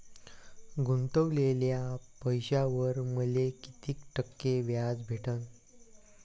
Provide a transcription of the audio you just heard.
गुतवलेल्या पैशावर मले कितीक टक्के व्याज भेटन?